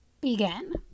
begin